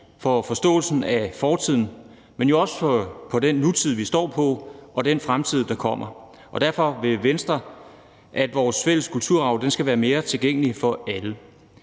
for forståelsen af fortiden, men jo også for den nutid, vi står i, og den fremtid, der kommer. Derfor vil Venstre, at vores fælles kulturarv skal være mere tilgængelig for alle.